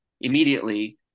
immediately